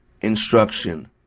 instruction